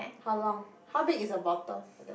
how long how big is the bottle like that